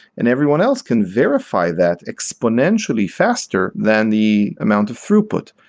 and everyone else can verify that exponentially faster than the amount of throughput.